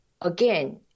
again